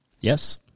Yes